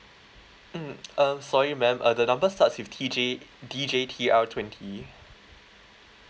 mm um sorry ma'am uh the numbers starts with T J D J T R twenty